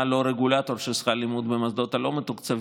לא רגולטור של שכר הלימוד במוסדות הלא-מתוקצבים,